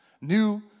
new